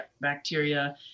bacteria